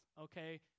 Okay